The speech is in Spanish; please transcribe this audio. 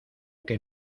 que